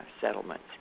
settlements